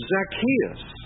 Zacchaeus